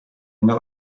una